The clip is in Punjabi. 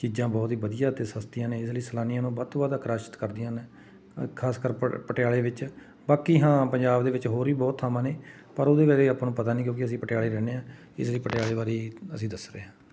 ਚੀਜ਼ਾਂ ਬਹੁਤ ਹੀ ਵਧੀਆ ਅਤੇ ਸਸਤੀਆਂ ਨੇ ਇਸ ਲਈ ਸੈਲਾਨੀਆਂ ਨੂੰ ਵੱਧ ਤੋਂ ਵੱਧ ਆਕਰਸ਼ਕ ਕਰਦੀਆਂ ਨੇ ਖ਼ਾਸ ਕਰ ਪ ਪਟਿਆਲੇ ਵਿੱਚ ਬਾਕੀ ਹਾਂ ਪੰਜਾਬ ਦੇ ਵਿੱਚ ਹੋਰ ਵੀ ਬਹੁਤ ਥਾਵਾਂ ਨੇ ਪਰ ਉਹਦੇ ਬਾਰੇ ਆਪਾਂ ਨੂੰ ਪਤਾ ਨਹੀਂ ਕਿਉਂਕਿ ਅਸੀਂ ਪਟਿਆਲੇ ਰਹਿੰਦੇ ਹਾਂ ਇਸ ਲਈ ਪਟਿਆਲੇ ਬਾਰੇ ਅਸੀਂ ਦੱਸ ਰਹੇ ਹਾਂ